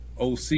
OC